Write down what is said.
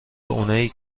اونایی